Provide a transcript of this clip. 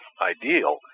ideal